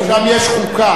אבל שם יש חוקה,